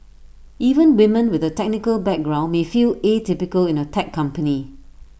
even women with A technical background may feel atypical in A tech company